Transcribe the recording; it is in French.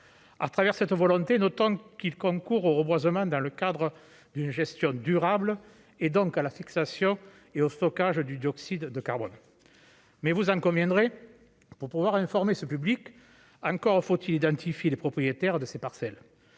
à travers cette volonté autant qu'concourent au reboisement, dans le cadre d'une gestion durable et donc à la fixation et au stockage du dioxyde de carbone, mais vous en conviendrez, pour pouvoir informer ce public, encore faut-il identifier les propriétaires de ces parcelles,